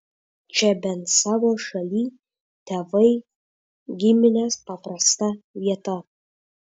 čia bent savo šalyj tėvai giminės paprasta vieta